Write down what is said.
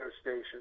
station